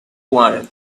wanted